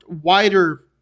wider